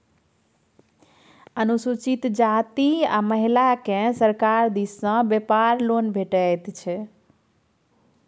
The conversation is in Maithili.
अनुसूचित जाती आ महिलाकेँ सरकार दिस सँ बेपार लेल लोन भेटैत छै